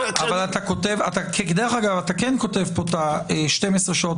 אתה כן כותב פה 12 שעות.